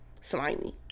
slimy